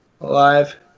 Alive